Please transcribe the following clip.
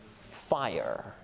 fire